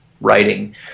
writing